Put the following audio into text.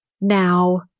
now